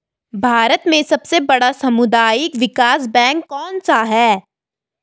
भारत में सबसे बड़ा सामुदायिक विकास बैंक कौनसा है?